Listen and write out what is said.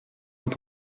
dans